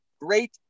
great